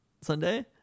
Sunday